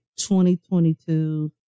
2022